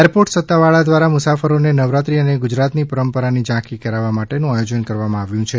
airport સત્તાવાવાળા દ્વારા મુસાફરોને નવરાત્રિ અને ગુજરાતની પરંપરાની ઝાંખી કરાવવા માટેનું આયોજન કરવામાં આવ્યું છે